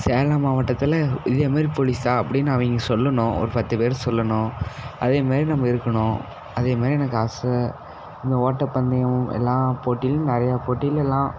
சேலம் மாவட்டத்தில் இதே மாதிரி போலீஸாக அப்படின்னு அவங்க சொல்லணும் ஒரு பத்துப் பேர் சொல்லணும் அதே மாதிரி நம்ம இருக்கணும் அதே மாதிரி எனக்கு ஆசை இந்த ஓட்டப் பந்தயம் எல்லாம் போட்டியிலும் நிறையா போட்டிலெல்லாம்